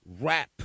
rap